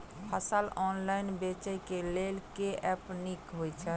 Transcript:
फसल ऑनलाइन बेचै केँ लेल केँ ऐप नीक होइ छै?